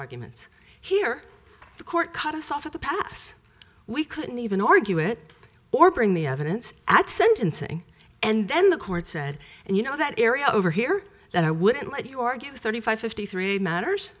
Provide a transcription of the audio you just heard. arguments here the court cut us off at the pass we couldn't even argue it or bring the evidence at sentencing and then the court said and you know that area over here that i wouldn't let you argue thirty five fifty three matters